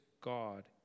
God